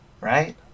right